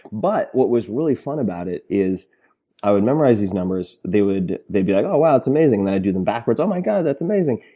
but what was really fun about it is i would memorize these numbers. they would be like, oh, wow. it's amazing. i'd do them backwards. oh, my god. that's amazing.